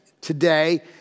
today